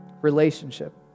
relationship